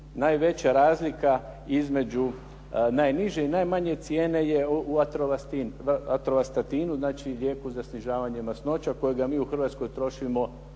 najveća razlika između najniže i najmanje cijene je u atrovastatinu, znači lijeku za snižavanje masnoća kojega mi u Hrvatskoj trošimo